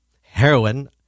heroin